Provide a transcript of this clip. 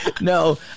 No